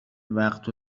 وقت